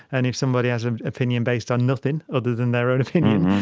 and if somebody has an opinion based on nothing other than their own opinion,